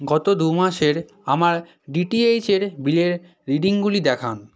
গত দু মাসের আমার ডিটিএইচের বিলের রিডিংগুলি দেখান